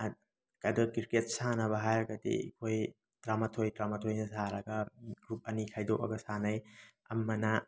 ꯑꯗꯨ ꯀ꯭ꯔꯤꯀꯦꯠ ꯁꯥꯟꯅꯕ ꯍꯥꯏꯔꯒꯗꯤ ꯑꯩꯈꯣꯏ ꯇꯔꯥꯃꯥꯊꯣꯏ ꯇꯔꯥꯃꯥꯊꯣꯏꯅ ꯁꯥꯔꯒ ꯒ꯭ꯔꯨꯞ ꯑꯅꯤ ꯈꯥꯏꯗꯣꯛꯑꯒ ꯁꯥꯟꯅꯩ ꯑꯃꯅ